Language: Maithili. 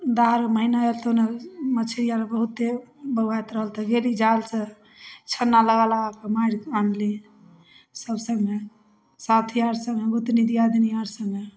दहारके महिना आएत तऽ ने मछरी आओर बहुते बौआइत रहल तऽ गेली जालसँ छन्ना लगा लगाकै मारिके आनलिए सभ सङ्गे साथी आओरसभ हमहूँ दुनू दिआदिनी आओर सङ्गे